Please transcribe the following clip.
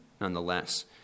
nonetheless